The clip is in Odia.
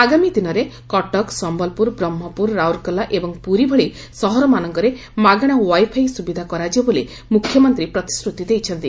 ଆଗାମୀ ଦିନରେ କଟକ ସମ୍ମଲପୁର ବ୍ରହ୍କପୁର ରାଉରକେଲା ଏବଂ ପୁରୀ ଭଳି ସହରମାନଙ୍କରେ ମାଗଣା ୱାଇଫାଇ ସୁବିଧା କରଯିବ ବୋଲି ମୁଖ୍ୟମନ୍ତୀ ପ୍ରତିଶ୍ରତି ଦେଇଛନ୍ତି